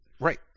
right